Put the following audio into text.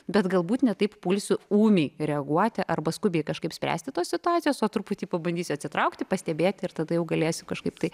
bet galbūt ne taip pulsiu ūmiai reaguoti arba skubiai kažkaip spręsti tos situacijos o truputį pabandysiu atsitraukti pastebėti ir tada jau galėsiu kažkaip tai